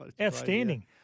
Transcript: Outstanding